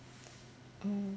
mm